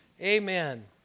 Amen